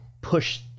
push